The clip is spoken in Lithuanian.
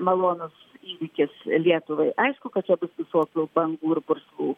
malonus įvykis lietuvai aišku kad čia bus visokių bangų ir purslų